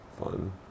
fun